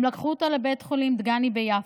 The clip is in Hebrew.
הם לקחו אותו לבית החולים דג'אני ביפו.